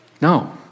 No